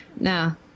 no